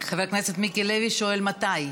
חבר הכנסת מיקי לוי שואל מתי.